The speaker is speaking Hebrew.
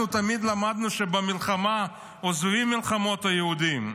אנחנו תמיד למדנו שבמלחמה עוזבים את מלחמות היהודים,